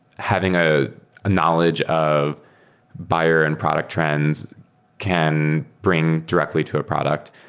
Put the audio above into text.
having ah a knowledge of buyer and product trends can bring directly to a product.